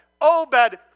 Obed